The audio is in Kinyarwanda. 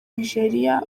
nigeria